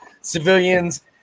civilians